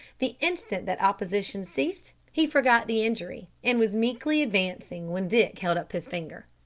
the instant that opposition ceased he forgot the injury, and was meekly advancing when dick held up his finger.